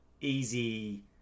easy